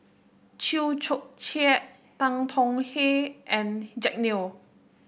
Chew Joo Chiat Tan Tong Hye and Jack Neo